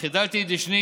החדלתי את דשני